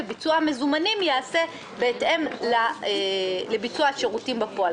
וביצוע המזומנים ייעשה בהתאם לביצוע השירותים בפועל.